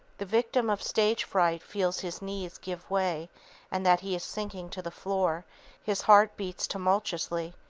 the victim of stage-fright feels his knees give way and that he is sinking to the floor his heart beats tumultuously,